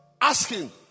Asking